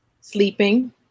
Sleeping